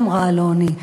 אמרה אלוני,